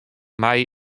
mei